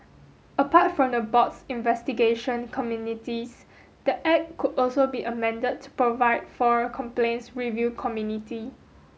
apart from the board's investigation communities the Act could also be amended to provide for a complaints review community